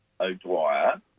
O'Dwyer